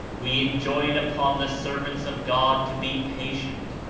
we enjoin upon the servants of god to be patient,